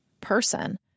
person